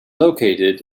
located